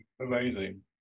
amazing